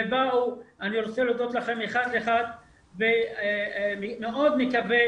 אני רוצה להודות לכם אחד-אחד ואני מאוד מקווה